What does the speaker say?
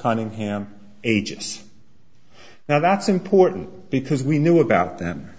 cunningham ages now that's important because we knew about them